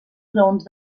graons